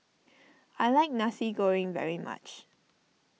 I like Nasi Goreng very much